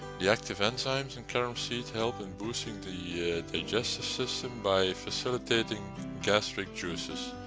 the active enzymes in carom seeds help in boosting the digestive system by facilitating gastric juices.